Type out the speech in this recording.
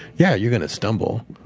yeah, you're gonna stumble.